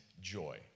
joy